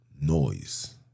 noise